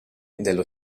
dello